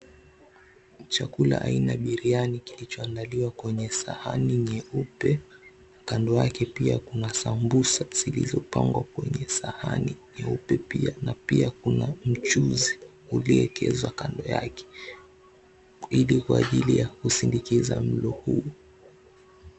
Chakula aina ya biriani kilochoandaliwa kwenye sahani nyeupe, kando yake pia kuna sambusa zilizopangwa kwenye sahani nyeupe pia . Na pia kuna mchuzi uliokezwa kando yake ili kwa ajili ya kusindikiza mulo huu.